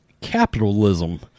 capitalism